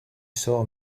saw